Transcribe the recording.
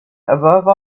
above